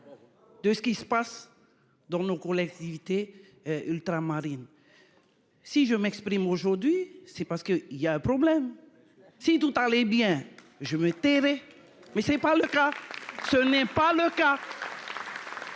De ce qui se passe dans nos collectivités. Ultramarines. Si je m'exprime aujourd'hui c'est parce que il y a un problème. Si tout allait bien. Je me tairai mais ce n'est pas le cas, ce n'est pas le cas.